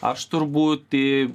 aš tur būti